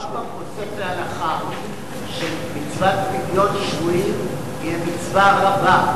הרמב"ם פוסק להלכה שמצוות פדיון שבויים היא מצווה רבה,